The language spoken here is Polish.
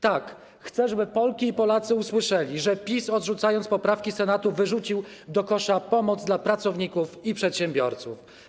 Tak, chcę, żeby Polki i Polacy usłyszeli, że PiS, odrzucając poprawki Senatu, wyrzucił do kosza pomoc dla pracowników i przedsiębiorców.